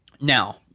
Now